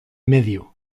medio